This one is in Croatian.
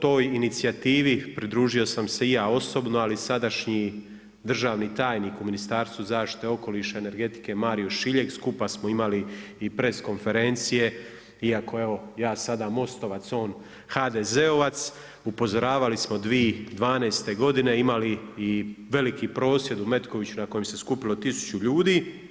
Toj inicijativi pridružio sam se i ja osobno, ali sadašnji državni tajnik u Ministarstvu zaštite okoliša, energetike Marijo Šiljeg skupa smo imali i press konferencije, iako evo ja sada MOST-ovac, on HDZ-ovac upozoravali smo 2012. godine, imali i veliki prosvjed u Metkoviću na kojem se skupilo 1000 ljudi.